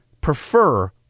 prefer